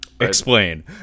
Explain